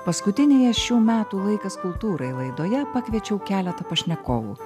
paskutinėje šių metų laikas kultūrai laidoje pakviečiau keletą pašnekovų